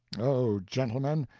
oh, gentlemen,